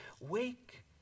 Wake